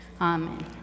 amen